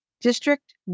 district